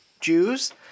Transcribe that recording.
Jews